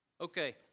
Okay